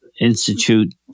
institute